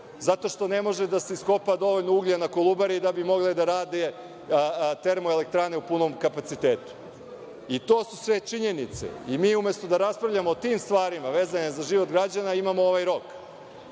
zato što ne može da se iskopa dovoljno uglja na Kolubari da bi mogle da rade termoelektrane u punom kapacitetu. To su sve činjenice. I mi umesto da raspravljamo o tim stvarima vezane za život građana, imamo ovaj rok.